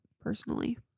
personally